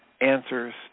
answers